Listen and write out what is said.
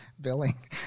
billing